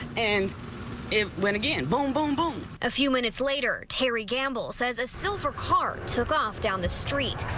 and it went again boom boom boom, a few minutes later terry gamble says a silver car took off down the street.